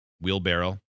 Wheelbarrow